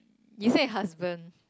you said husband